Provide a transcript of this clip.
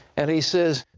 and he says,